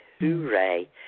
hooray